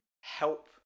help